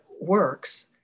works